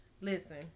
listen